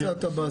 איפה יצאת בסקר?